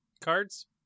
cards